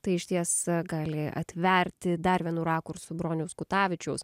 tai išties gali atverti dar vienu rakursu broniaus kutavičiaus